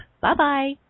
Bye-bye